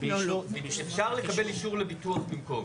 אפשר לקבל אישור לביטוח במקום.